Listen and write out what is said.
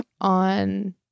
on